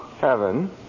Heaven